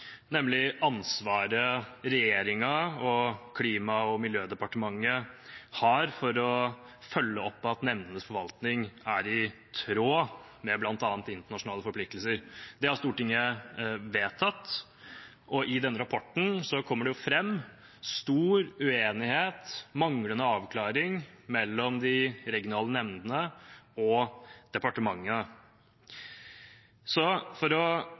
nemlig ansvaret regjeringen og Klima- og miljødepartementet har for å følge opp at nemndenes forvaltning er i tråd med bl.a. internasjonale forpliktelser. Det har Stortinget vedtatt. I denne rapporten kommer det fram stor uenighet, manglende avklaring mellom de regionale nemndene og departementet. Så for både å